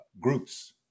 groups